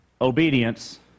Obedience